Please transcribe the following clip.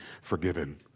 forgiven